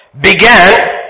began